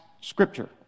scripture